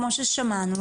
כמו ששמענו,